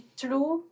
true